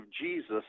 Jesus